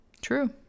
True